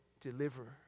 Deliverer